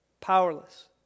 powerless